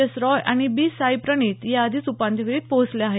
S Roy अणि B Sai Praneeth याआधीच उपांत्यफेरी पोहचले आहे